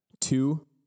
Two